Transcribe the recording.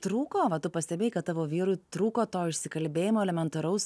trūko va tu pastebėjai kad tavo vyrui trūko to išsikalbėjimo elementaraus